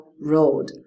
road